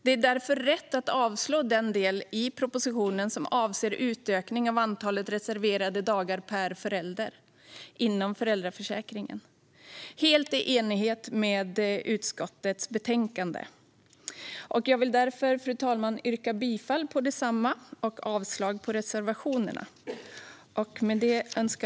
Det är därför rätt att avslå den del i propositionen som avser utökning av antalet reserverade dagar per förälder inom föräldraförsäkringen, helt i enlighet med utskottets förslag i betänkandet. Fru talman! Jag vill därför yrka bifall till detsamma och avslag på reservationerna.